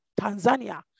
Tanzania